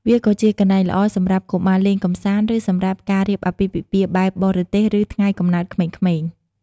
វាក៏ជាកន្លែងល្អសម្រាប់កុមារលេងកម្សាន្ត ឬ សម្រាប់ការរៀបអាពាហ៍ពិពាហ៍បែបបរទេស ឬ ថ្ងៃកំណើតក្មេងៗ។